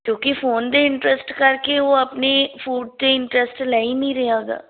ਕਿਉਂਕਿ ਫੋਨ ਦੇ ਇੰਟਰਸਟ ਕਰਕੇ ਉਹ ਆਪਣੇ ਫੂਡ 'ਤੇ ਇੰਟਰਸਟ ਲੈ ਹੀ ਨਹੀਂ ਰਿਹਾ ਗਾ